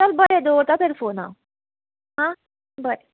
चल बरें दवरता तर फोन हांव आं बरें